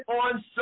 on